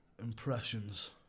Impressions